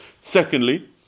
Secondly